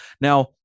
Now